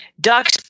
Ducks